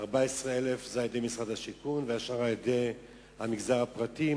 14,000 על-ידי משרד השיכון והשאר על-ידי המגזר הפרטי,